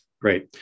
Great